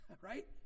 right